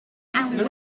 and